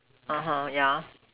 yeah